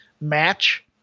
match